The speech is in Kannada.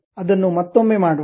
ಅದನ್ನು ಮತ್ತೊಮ್ಮೆ ಮಾಡೋಣ